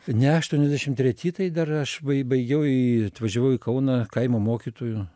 ne aštuoniasdešim treti tai dar aš baigiau į atvažiavau į kauną kaimo mokytoju